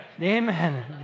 Amen